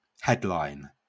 Headline